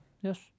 yes